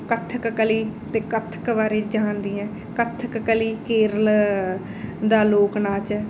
ਕੱਥਕ ਕਲੀ ਅਤੇ ਕੱਥਕ ਬਾਰੇ ਜਾਣਦੀ ਹਾਂ ਕੱਥਕ ਕਲੀ ਕੇਰਲ ਦਾ ਲੋਕ ਨਾਚ ਹੈ